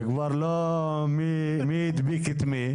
זה לא מי הדביק את מי.